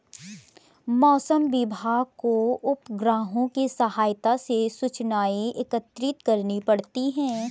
मौसम विभाग को उपग्रहों के सहायता से सूचनाएं एकत्रित करनी पड़ती है